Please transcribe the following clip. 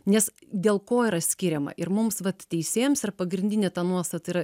nes dėl ko yra skiriama ir mums vat teisėjams ir pagrindinė ta nuostata yra